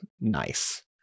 nice